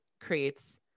creates